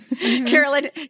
Carolyn